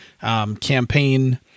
campaign